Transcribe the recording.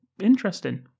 interesting